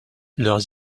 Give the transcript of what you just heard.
leurs